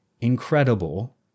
incredible